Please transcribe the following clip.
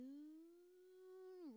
Moon